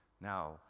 now